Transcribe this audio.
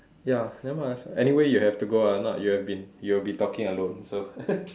ya nevermind anyway you have to go out or not you have been you'll be talking alone so